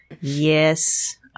Yes